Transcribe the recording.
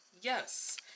Yes